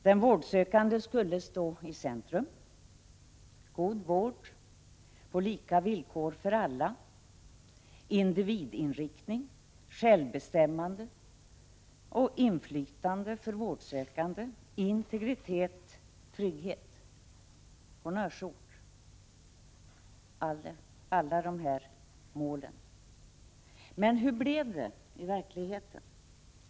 Den vårdsökande skulle stå i centrum, god vård på lika villkor för alla, individinriktning, självbestämmande, inflytande för vårdsökande, integritet, trygghet. Honnörsord, alla dessa mål! Hur blev det i verkligheten?